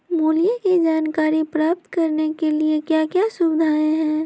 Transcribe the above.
मूल्य के जानकारी प्राप्त करने के लिए क्या क्या सुविधाएं है?